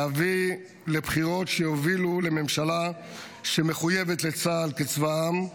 להביא לבחירות שיובילו לממשלה שמחויבת לצה"ל כצבא העם,